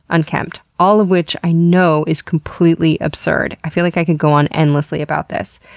unkempt. all of which i know is completely absurd. i feel like i can go on endlessly about this,